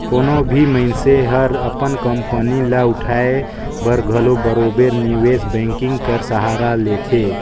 कोनो भी मइनसे हर अपन कंपनी ल उठाए बर घलो बरोबेर निवेस बैंकिंग कर सहारा लेथे